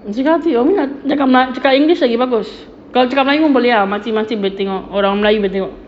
macam ngaji umi nak cakap cakap english lagi bagus kalau cakap melayu pun boleh ah makcik-makcik boleh tengok orang melayu boleh tengok